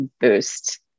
boost